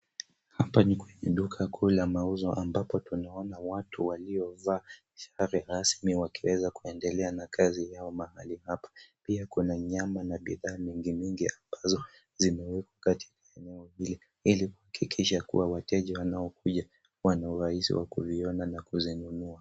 Hapa ni kwenye duka kuu la mauzo ambapo tunaona watu waliovaa sare rasmi wakiweza kuendelea na kazi yao mahali hapa. Pia kuna nyama na bidhaa mingi mingi ambazo zimewekwa katika eneo hili ili kuhakikisha ya kuwa wateja wanaokuja wana urahisi wa kuziona na kuzinunua.